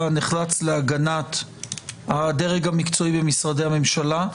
נחלץ להגנת הדרג המקצועי במשרדי הממשלה,